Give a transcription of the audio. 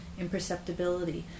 imperceptibility